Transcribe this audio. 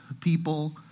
people